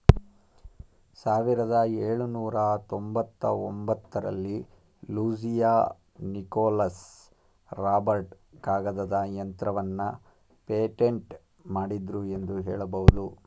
ಸಾವಿರದ ಎಳುನೂರ ತೊಂಬತ್ತಒಂಬತ್ತ ರಲ್ಲಿ ಲೂಸಿಯಾ ನಿಕೋಲಸ್ ರಾಬರ್ಟ್ ಕಾಗದದ ಯಂತ್ರವನ್ನ ಪೇಟೆಂಟ್ ಮಾಡಿದ್ರು ಎಂದು ಹೇಳಬಹುದು